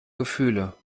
gefühle